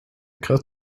cut